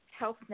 HealthNet